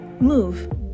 Move